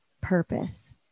purpose